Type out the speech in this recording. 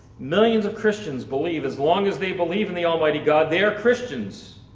millions of christians believe as long as they believe in the almighty god, they're christians.